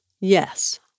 Yes